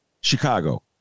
Chicago